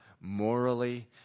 morally